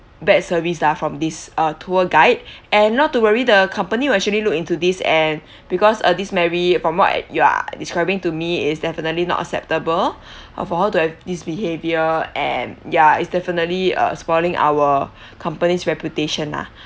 bad service lah from this uh tour guide and not to worry the company will actually look into this and because uh this mary from what you are describing to me is definitely not acceptable uh for her to have this behaviour and ya it's definitely uh spoiling our company's reputation lah